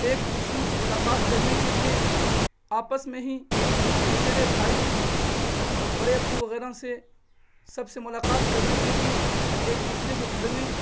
ایک دوسروں سے ملاقات کرنے کے لیے آپس میں ہی چچیرے بھائی اور برے ابو وغیرہ سے سب سے ملاقات کرنے کے لیے ایک دوسرے کے گھر میں